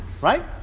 right